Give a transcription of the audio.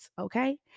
Okay